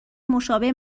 مشابه